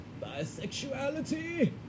bisexuality